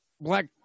Black